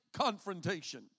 confrontation